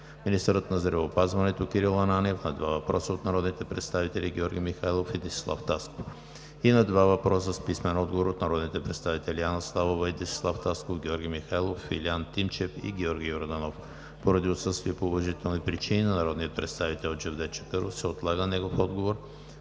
министърът на здравеопазването Кирил Ананиев на два въпроса от народните представители Георги Михайлов и Десислав Тасков, и на два въпроса с писмен отговор от народните представители Анна Славова и Десислав Тасков, Георги Михайлов, Илиян Тимчев и Георги Йорданов. Поради отсъствие по уважителни причини на народния представител Джевдет Чакъров се отлага негов отговор